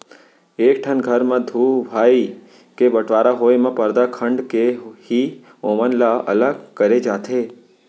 एक ठन घर म दू भाई के बँटवारा होय म परदा खंड़ के ही ओमन ल अलग करे जाथे